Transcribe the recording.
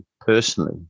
personally